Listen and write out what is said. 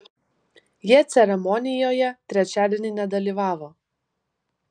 jie ceremonijoje trečiadienį nedalyvavo